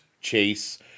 Chase